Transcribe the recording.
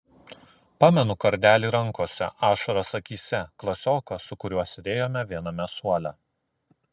pamenu kardelį rankose ašaras akyse klasioką su kuriuo sėdėjome viename suole